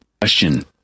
Question